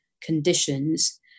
conditions